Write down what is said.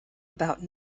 about